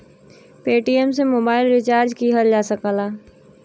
Paytm से mobile recharge किहल जा सकला